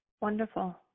Wonderful